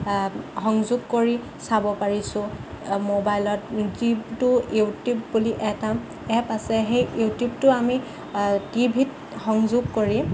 সংযোগ কৰি চাব পাৰিছোঁ ম'বাইলত ইটিউবটো ইউটিউব বুলি এটা এপ আছে সেই ইউটিউবটো আমি টিভিত সংযোগ কৰি